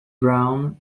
braun